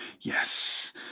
yes